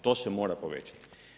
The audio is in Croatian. To se mora povećati.